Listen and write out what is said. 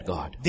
God